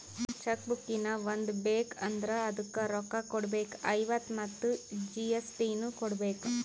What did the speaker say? check book ಹೀನಾ ಒಂದ್ ಬೇಕ್ ಅಂದುರ್ ಅದುಕ್ಕ ರೋಕ್ಕ ಕೊಡ್ಬೇಕ್ ಐವತ್ತ ಮತ್ ಜಿ.ಎಸ್.ಟಿ ನು ಕೊಡ್ಬೇಕ್